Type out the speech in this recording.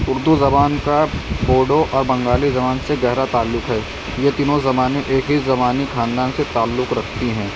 اردو زبان کا بوڈو اور بنگالی زبان سے گہرا تعلق ہے یہ تینوں زبانیں ایک ہی زبانی خاندان سے تعلق رکھتی ہیں